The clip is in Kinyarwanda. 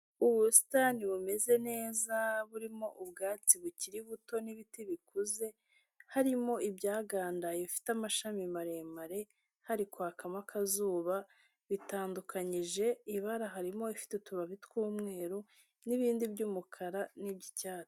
Ubusitani bumeze neza burimo ubwatsi bukiri buto n'ibiti bikuze, harimo ibyagandaye bifite amashami maremare, hari kwakamo akazuba bitandukanyije ibara, harimo ibifite utubabi tw'umweru n'ibindi by'umukara n'iby'icyatsi.